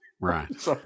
Right